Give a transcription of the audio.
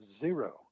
zero